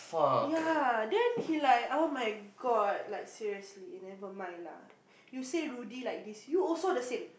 ya then he like oh-my-God like seriously never mind lah you say Rudy like this you also the same